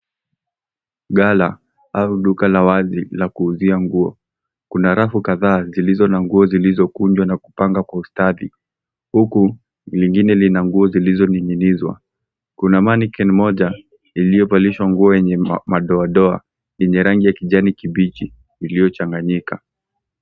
Ghala, au duka la wazi la kuuzia nguo. Kuna rafu kadhaa zilizo na nguo zilizokunjwa na kupangwa kwa ustadi, huku lingine lina nguo zilizoning'nizwa. Kuna manequinn moja, iliyovalishwa nguo yenye madoadoa, yenye rangi ya kijani kibichi iliyochanganyika.